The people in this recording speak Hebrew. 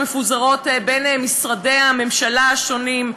שמפוזרות בין משרדי הממשלה השונים,